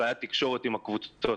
בעיית התקשורת עם הקבוצות,